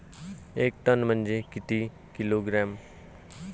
एक टन म्हनजे किती किलोग्रॅम?